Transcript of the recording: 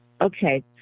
Okay